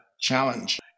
challenge